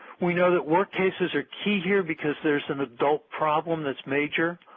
we know that work cases are key here because there's an adult problem that's major,